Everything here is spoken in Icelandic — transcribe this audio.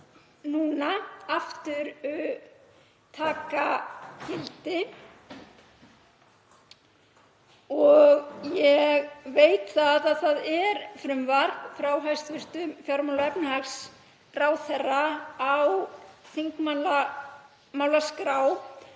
núna aftur taka gildi og ég veit að það er frumvarp frá hæstv. fjármála- og efnahagsráðherra á þingmálaskrá